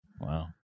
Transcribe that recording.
Wow